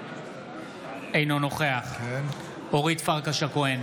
אינו נוכח אורית פרקש הכהן,